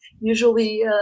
Usually